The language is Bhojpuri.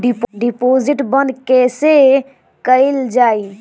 डिपोजिट बंद कैसे कैल जाइ?